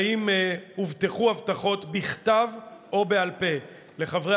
האם הובטחו הבטחות בכתב או בעל פה לחברי